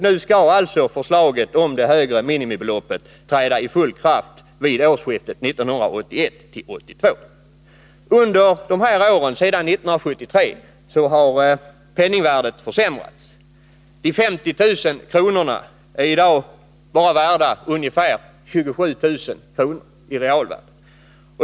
Nu skall alltså förslaget om det högre minimibeloppet träda i kraft helt och fullt vid årsskiftet 1981-1982. Men sedan 1973 har penningvärdet försämrats. De 50 000 kronorna är i dag bara ungefär 27 000 kr. i realvärde.